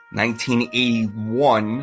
1981